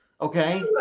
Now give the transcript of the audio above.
Okay